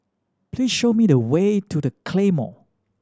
please show me the way to The Claymore